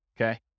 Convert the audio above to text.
Okay